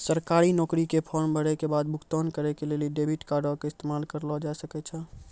सरकारी नौकरी के फार्म भरै के बाद भुगतान करै के लेली डेबिट कार्डो के इस्तेमाल करलो जाय सकै छै